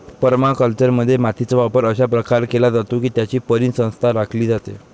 परमाकल्चरमध्ये, मातीचा वापर अशा प्रकारे केला जातो की त्याची परिसंस्था राखली जाते